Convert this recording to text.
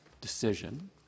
decision